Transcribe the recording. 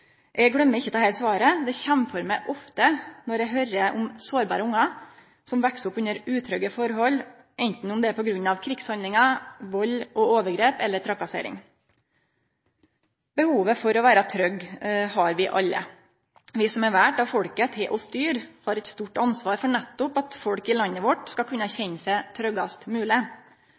Eg gløymer ikkje dette svaret. Det kjem for meg ofte når eg høyrer om sårbare ungar som veks opp under utrygge forhold, anten det er på grunn av krigshandlingar, vald og overgrep eller trakassering. Behovet for å vere trygg har vi alle. Vi som er valde av folket til å styre, har eit stort ansvar for nettopp at folk i landet vårt skal kunne kjenne seg tryggast